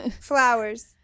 flowers